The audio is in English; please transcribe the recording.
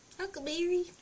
Huckleberry